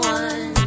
one